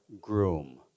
groom